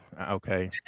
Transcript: Okay